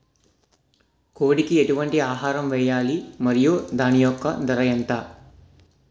కోడి కి ఎటువంటి ఆహారం వేయాలి? మరియు దాని యెక్క ధర ఎంత?